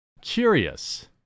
curious